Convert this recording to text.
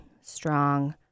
strong